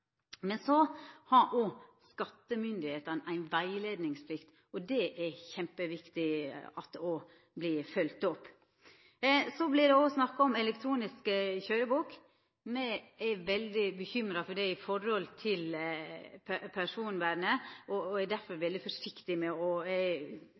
Skattemyndigheitene har òg ei rettleiingsplikt. Det er kjempeviktig at ho vert følgt opp. Det vert òg snakka om elektronisk køyrebok. Me er veldig uroleg for det med omsyn til personvernet, og er derfor